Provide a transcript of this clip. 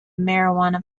marijuana